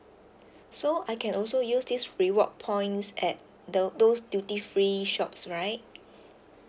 so I can also use this reward points at the those duty free shops right